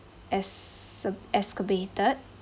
esca~ exacerbated